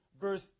verse